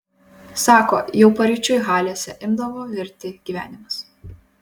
sako jau paryčiui halėse imdavo virti gyvenimas